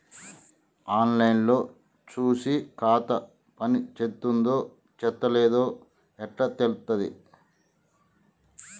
On line లో చూసి ఖాతా పనిచేత్తందో చేత్తలేదో ఎట్లా తెలుత్తది?